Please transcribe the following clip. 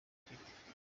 ifite